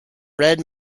red